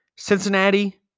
Cincinnati